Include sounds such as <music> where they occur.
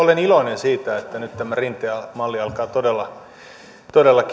olen iloinen siitä että nyt tämä rinteen malli alkaa todella todella <unintelligible>